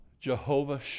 Jehovah